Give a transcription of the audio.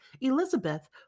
Elizabeth